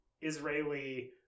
israeli